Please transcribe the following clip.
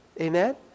Amen